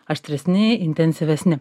aštresni intensyvesni